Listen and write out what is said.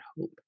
hope